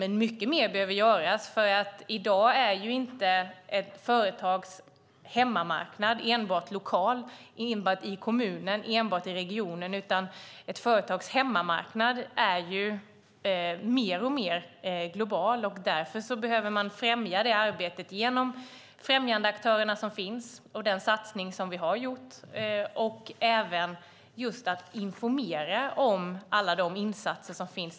Men mycket mer behöver göras, för i dag är inte ett företags hemmamarknad lokal enbart i kommunen eller i regionen, utan ett företags hemmamarknad är mer och mer global. Därför behöver man främja detta arbete genom främjandeaktörerna och den satsning som vi har gjort och även genom att informera om alla de insatser som görs.